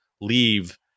leave